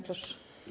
Proszę.